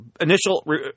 initial